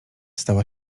stała